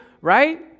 right